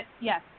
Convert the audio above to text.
yes